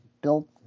built